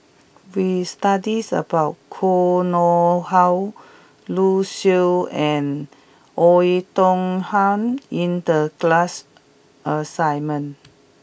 we studys about Koh Nguang How Lu Suitin and Oei Tiong Ham in the class assignment